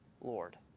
Lord